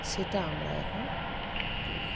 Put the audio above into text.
সেটা আমরা এখন পড়ি